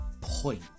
point